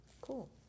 Cool